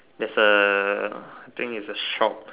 that's A I think is a shop